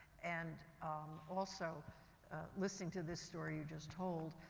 and um also listening to this story you just told,